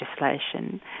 legislation